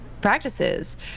practices